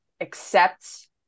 accept